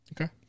Okay